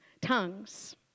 tongues